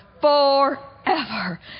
forever